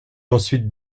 ensuite